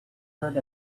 heard